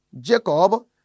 Jacob